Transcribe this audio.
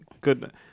good